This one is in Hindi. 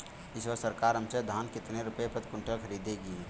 इस वर्ष सरकार हमसे धान कितने रुपए प्रति क्विंटल खरीदेगी?